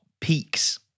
peaks